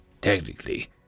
Technically